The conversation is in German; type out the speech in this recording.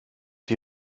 die